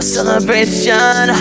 Celebration